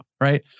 right